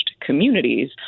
communities